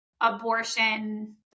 abortion